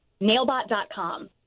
Nailbot.com